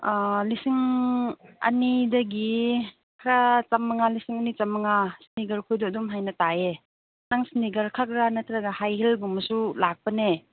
ꯂꯤꯁꯤꯡ ꯑꯅꯤꯗꯒꯤ ꯈꯔ ꯆꯥꯝꯃꯉꯥ ꯂꯤꯁꯤꯡ ꯑꯅꯤ ꯆꯥꯝ ꯃꯉꯥ ꯏꯁꯅꯤꯀꯔ ꯈꯣꯏꯗꯨ ꯑꯗꯨꯝ ꯍꯥꯏꯅ ꯇꯥꯏꯌꯦ ꯅꯪ ꯏꯁꯅꯤꯀꯔ ꯈꯛꯂ ꯅꯠꯇ꯭ꯔꯒ ꯍꯥꯏ ꯍꯤꯜꯒꯨꯝꯕꯁꯨ ꯂꯥꯛꯄꯅꯦ